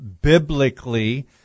biblically